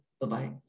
Bye-bye